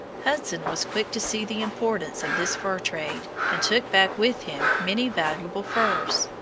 hudson was quick to see the importance of this fur trade, and took back with him many valuable furs.